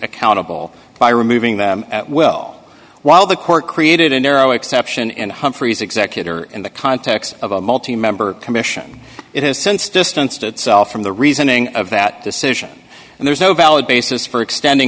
accountable by removing them at will while the court created a narrow exception in humphrey's executor in the context of a multi member commission it has since distanced itself from the reasoning of that decision and there's no valid basis for extending